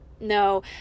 no